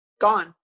gone